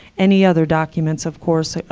any other documents, of course,